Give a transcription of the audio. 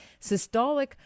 systolic